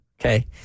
Okay